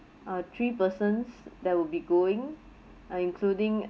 uh three persons that would be going uh including